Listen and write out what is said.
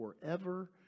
forever